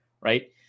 right